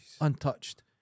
Untouched